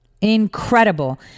Incredible